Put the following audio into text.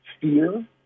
fear